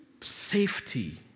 safety